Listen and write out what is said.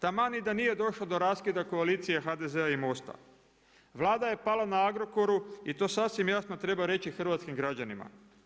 Taman i da nije došlo do raskida koalicije HDZ-a i MOST-a Vlada je pala na Agrokoru i to sasvim jasno treba reći hrvatskim građanima.